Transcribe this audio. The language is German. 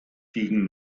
gegen